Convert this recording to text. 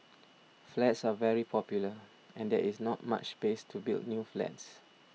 flats are very popular and there is not much space to build new flats